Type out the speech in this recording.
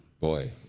Boy